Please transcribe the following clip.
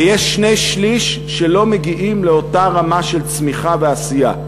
ויש שני-שלישים שלא מגיעים לאותה רמה של צמיחה ועשייה.